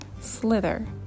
Slither